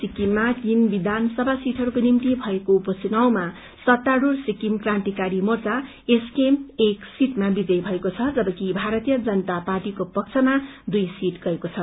सिकिममा तीन विषान सभा सीटहरूको निम्ति भएको उप चुनाउमा सत्तास्ढ़ सिकिम क्रान्तिकारी मोर्चा एसकेएम एक आसनमा विजयी भएको छ जबकि भारतीय जनता पार्टीको पक्षमा दुई सीट गएको छ